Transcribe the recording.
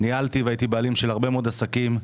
ניהלתי והייתי בעלים של הרבה מאוד עסקים.